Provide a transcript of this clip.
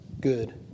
good